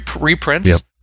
reprints